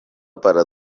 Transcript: para